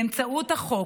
באמצעות החוק,